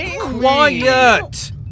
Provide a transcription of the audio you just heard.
Quiet